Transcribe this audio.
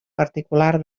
particular